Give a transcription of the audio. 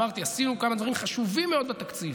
אמרתי, עשינו כמה דברים חשובים מאוד בתקציב,